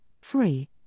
free